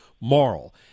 moral